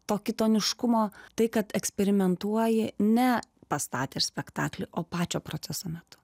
to kitoniškumo tai kad eksperimentuoji ne pastatė spektaklį o pačio proceso metu